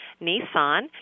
Nissan